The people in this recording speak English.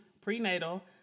prenatal